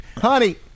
Honey